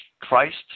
Christ